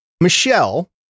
Michelle